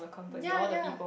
ya ya